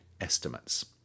estimates